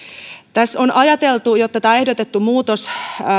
tässä on ajateltu että tämä ehdotettu muutos